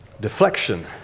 deflection